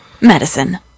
Medicine